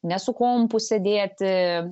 ne su kompų sėdėti